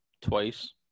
twice